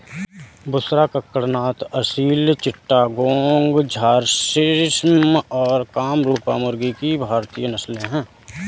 बुसरा, कड़कनाथ, असील चिट्टागोंग, झर्सिम और कामरूपा मुर्गी की भारतीय नस्लें हैं